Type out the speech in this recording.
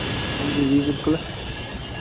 हां जी जी बिलकुल